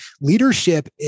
leadership